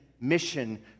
mission